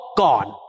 gone